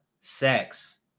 sex